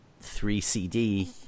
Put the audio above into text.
three-CD